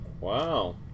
Wow